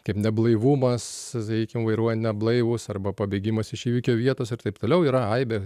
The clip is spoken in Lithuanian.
kaip neblaivumas sakykim vairuoja neblaivūs arba pabėgimas iš įvykio vietos ir taip toliau yra aibė